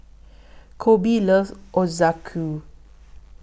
Colby loves Ochazuke